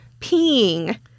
peeing